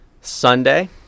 sunday